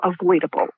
avoidable